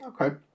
Okay